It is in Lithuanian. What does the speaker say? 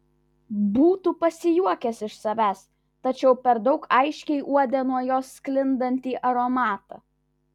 būtų pasijuokęs iš savęs tačiau per daug aiškiai uodė nuo jos sklindantį aromatą